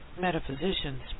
metaphysicians